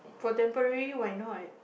for temporary why not